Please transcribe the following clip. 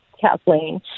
Kathleen